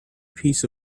piece